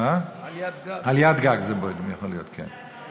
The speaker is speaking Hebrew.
עליית גג זה בוידם, יכול להיות, כן.